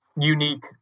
unique